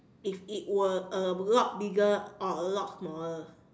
if it were a lot bigger or a lot smaller